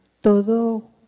todo